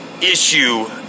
issue